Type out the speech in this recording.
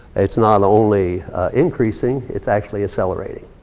it's not only increasing, it's actually accelerating.